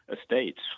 Estates